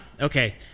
Okay